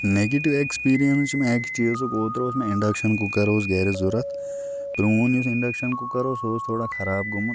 negative experiences چھِ مےٚ اَکہِ چیٖزُک اوترٕ اوس مےٚ اِنڈَکشَن کُکَر اوس گَرِ ضوٚرَتھ پرٛون یُس اِنٛڈَکشَن کُکَر اوس سُہ اوس تھوڑا خراب گوٚمُت